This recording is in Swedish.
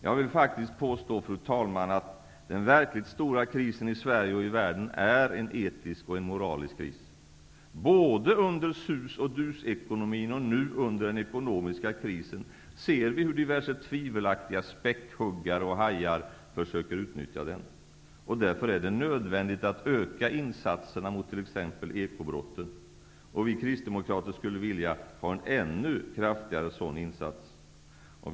Jag vill faktiskt påstå, fru talman, att den verkligt stora krisen i Sverige och i världen är en etisk och en moralisk kris. Både under sus-och-dus-ekonomi och nu under den ekonomiska krisen, ser vi hur diverse tvivelaktiga späckhuggare och hajar försöker utnyttja den. Därför är det nödvändigt att öka insatserna mot t.ex. ekobrotten. Vi kristdemokrater skulle vilja ha en ännu kraftigare insats i detta sammanhang.